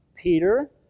Peter